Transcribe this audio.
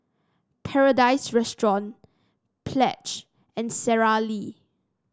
Paradise Restaurant Pledge and Sara Lee